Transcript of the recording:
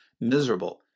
miserable